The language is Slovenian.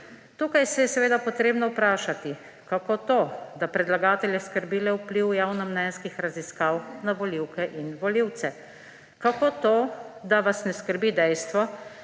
Tukaj se je seveda potrebno vprašati, kako to, da predlagatelje skrbi le vpliv javnomnenjskih raziskav na volivke in volivce. Kako to, da vas ne skrbi dejstvo,